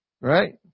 right